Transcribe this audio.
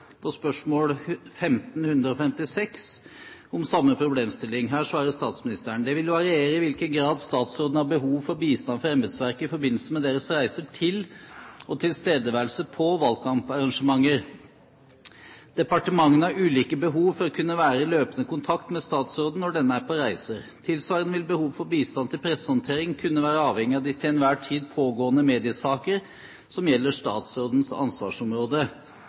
på spørsmål, Dokument nr. 15:156 for 2009–2010, om samme problemstilling. Her svarer statsministeren: «Det vil variere i hvilken grad statsrådene har behov for bistand fra embetsverket i forbindelse med deres reiser til og tilstedeværelse på valgkamparrangementer. Departementene har ulike behov for å kunne være i løpende kontakt med statsråden når denne er på reiser. Tilsvarende vil behovet for bistand til pressehåndtering kunne være avhengig av de til enhver tid pågående mediesaker som gjelder statsrådens ansvarsområde.